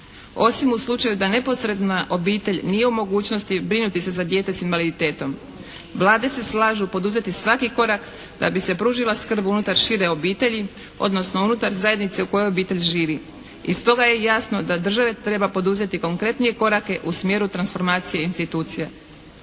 Osim u slučaju da neposredna obitelj nije u mogućnosti brinuti se za dijete s invaliditetom. Vlade se slažu poduzeti svaki korak da bi se pružila skrb unutar šire obitelji odnosno unutar zajednice u kojoj obitelj živi. I stoga je jasno da država treba poduzeti konkretnije korake u smjeru transformacije institucija.